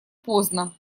поздно